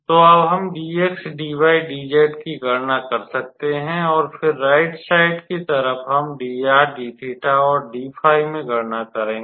तो अब हम dx dy dz की गणना कर सकते हैं फिर राइट साइड की तरफ हम dr d𝜃 और d𝜑 मैं गणना करेंगे